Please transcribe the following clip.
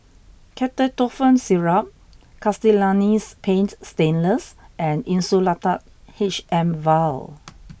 Ketotifen Syrup Castellani's Paint Stainless and Insulatard H M vial